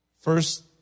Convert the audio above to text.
First